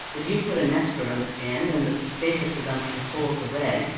that you put an expert on the stand, and the basic presumption falls away,